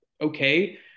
okay